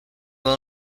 will